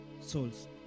souls